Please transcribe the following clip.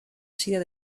sido